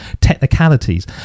technicalities